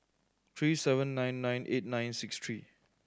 three seven nine nine eight nine six three